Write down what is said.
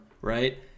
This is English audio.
right